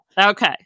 Okay